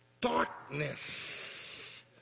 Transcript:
Darkness